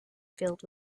filled